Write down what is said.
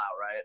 right